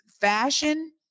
fashion